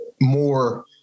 more